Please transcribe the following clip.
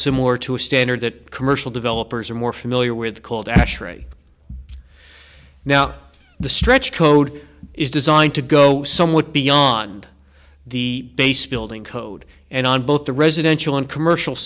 similar to a standard that commercial developers are more familiar with called ashtray now the stretch code is designed to go somewhat beyond the base building code and on both the residential and commercial